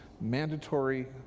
mandatory